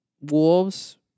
Wolves